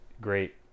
great